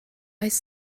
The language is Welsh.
oes